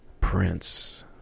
Prince